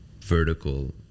vertical